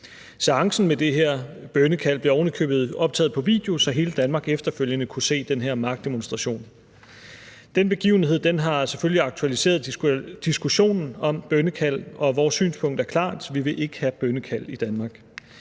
Seancen med det her bønnekald blev ovenikøbet optaget på video, så hele Danmark efterfølgende kunne se den her magtdemonstration. Den begivenhed har selvfølgelig aktualiseret diskussionen om bønnekald, og vores synspunkt er klart: Vi vil ikke have bønnekald i Danmark.